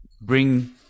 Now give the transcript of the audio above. bring